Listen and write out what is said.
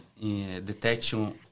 detection